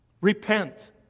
Repent